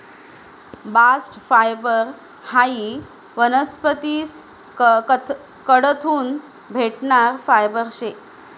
bast fibre हायी वनस्पतीस कडथून भेटणारं फायबर शे